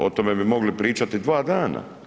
O tome bi mogli pričati dva dana.